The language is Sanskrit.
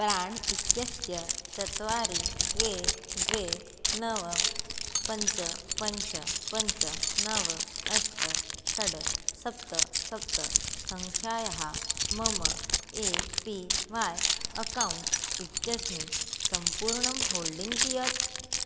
प्राण् इत्यस्य चत्वारि द्वे द्वे नव पञ्च पञ्च पञ्च नव अष्ट षट् सप्त सप्त सङ्ख्यायाः मम ए पी वाय् अकौण्ट् इत्यस्मिन् सम्पूर्णं होल्डिङ्ग् कियत्